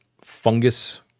fungus